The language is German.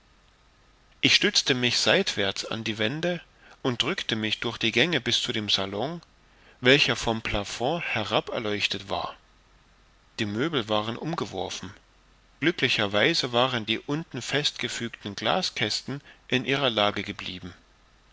ich stützte mich seitwärts an die wände und drückte mich durch die gänge bis zu dem salon welcher vom plafond herab erleuchtet war die möbel waren umgeworfen glücklicher weise waren die unten fest gefügten glaskästen in ihrer lage geblieben